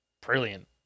brilliant